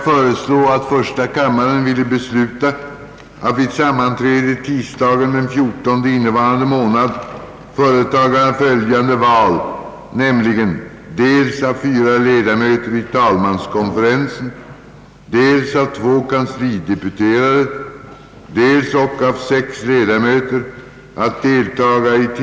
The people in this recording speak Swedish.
Till dem som kommer att deltaga i kammarens debatter under vårsessio nen vill jag gärna vädja att om möjligt i förväg anmäla sig till talarlistan. Detta underlättar nämligen att beräkna tidpunkten för plenas slut.